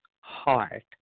heart